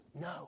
No